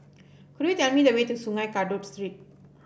could you tell me the way to Sungei Kadut Street